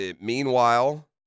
Meanwhile